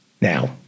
Now